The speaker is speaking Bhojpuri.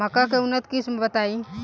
मक्का के उन्नत किस्म बताई?